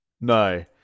No